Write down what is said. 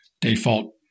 default